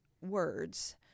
words